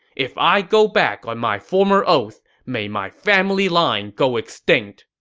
if i go back on my former oath, may my family line go extinct.